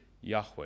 Yahweh